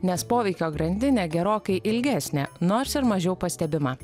nes poveikio grandinė gerokai ilgesnė nors ir mažiau pastebima